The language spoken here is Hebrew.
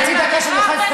חצי דקה, שאני אוכל לסיים.